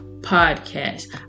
podcast